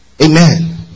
Amen